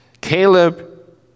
Caleb